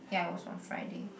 yeah it was on Friday